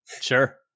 sure